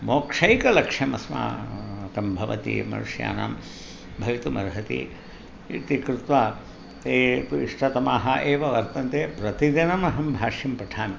मोक्षैकलक्ष्यमस्माकं भवति यद् मनुष्यानां भवितुमर्हति इति कृत्वा ते इष्टतमाः एव वर्तन्ते प्रतिदिनमहं भाष्यं पठामि